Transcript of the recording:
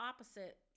opposite